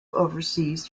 oversees